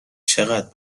چقد